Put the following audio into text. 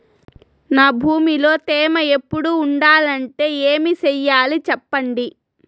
నా భూమిలో తేమ ఎప్పుడు ఉండాలంటే ఏమి సెయ్యాలి చెప్పండి?